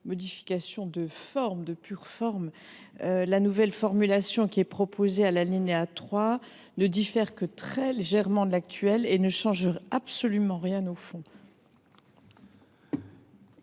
modification de pure forme. La nouvelle formulation qui est proposée à l’alinéa 3 ne diffère que très légèrement de l’actuelle et ne change absolument rien au fond.